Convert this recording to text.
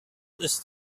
ist